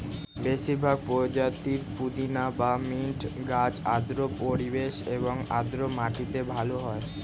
বেশিরভাগ প্রজাতির পুদিনা বা মিন্ট গাছ আর্দ্র পরিবেশ এবং আর্দ্র মাটিতে ভালো হয়